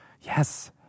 Yes